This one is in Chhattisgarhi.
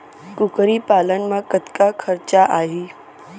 कुकरी पालन म कतका खरचा आही?